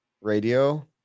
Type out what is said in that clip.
radio